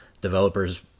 developers